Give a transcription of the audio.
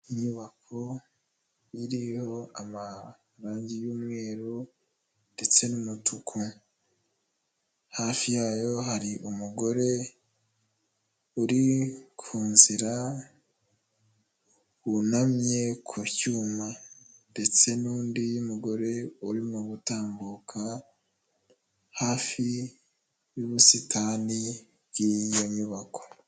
Inyubako iriho amarangi y'umweru ndetse n'umutuku, hafi yayo hari umugore uri ku nzira wunamye ku cyuma ndetse n'undi mugore urimo gutambuka hafi y'ubusitani bw'iyo nyubako.